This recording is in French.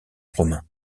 romain